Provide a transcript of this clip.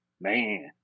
Man